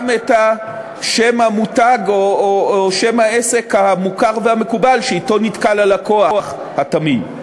גם את שם המותג או שם העסק המוכר והמקובל שבו נתקל הלקוח התמים.